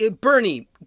Bernie